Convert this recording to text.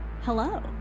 Hello